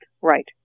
Right